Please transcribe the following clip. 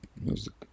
music